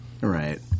right